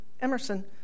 Emerson